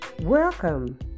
Welcome